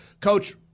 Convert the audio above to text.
Coach